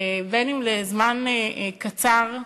בין אם לזמן קצר,